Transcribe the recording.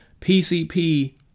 PCP